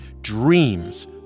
Dreams